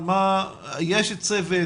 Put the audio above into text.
יש צוות?